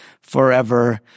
forever